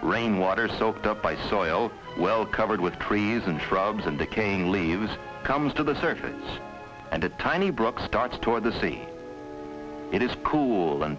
rainwater soaked up by soil well covered with trees and shrubs and decaying leaves comes to the surface and a tiny brook starts toward the sea it is cool and